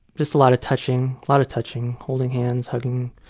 just a lot of touching. a lot of touching, holding hands, hugging.